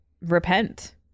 repent